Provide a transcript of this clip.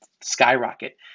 skyrocket